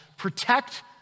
Protect